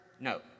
No